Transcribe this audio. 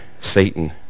Satan